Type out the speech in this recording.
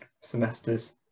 semesters